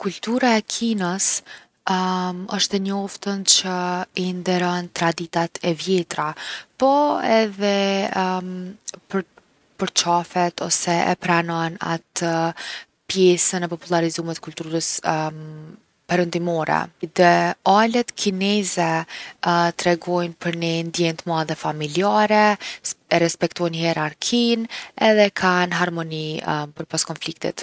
Kultura e Kinës osht e njoftun që i nderon traditat e vjetra po edhe përqafet ose e pranon atë pjesën e popullarizume t’kulturës perëndimore. Idealet kineze tregojnë për ni ndjenjë t’madhe familjare, e respektojnë hierarkinë edhe kanë harmoni pëpros konfliktit.